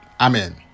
amen